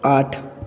आठ